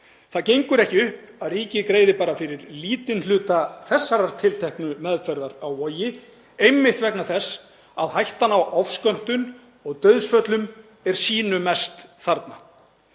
Það gengur ekki upp að ríkið greiði bara fyrir lítinn hluta þessarar tilteknu meðferðar á Vogi, einmitt vegna þess að hættan á ofskömmtun og dauðsföllum er sýnu mest þarna.